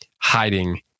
hiding